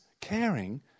caring